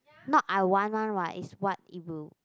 not I want one what is what it will